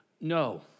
no